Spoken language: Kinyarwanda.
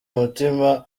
umutima